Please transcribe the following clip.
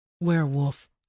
werewolf